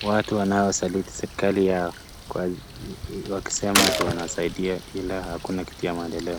watu wanaosaliti serikali yao, wakisema eti wanasaidia ila hakuna kitu ya maendeleo.